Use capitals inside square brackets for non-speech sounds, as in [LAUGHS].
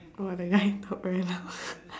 !wah! that guy talk very loud [LAUGHS]